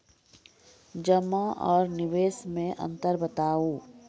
जमा आर निवेश मे अन्तर बताऊ?